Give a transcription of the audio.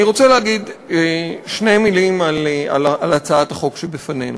אני רוצה להגיד שתי מילים על הצעת החוק שבפנינו,